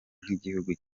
nk’igihugu